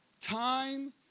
Time